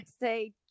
say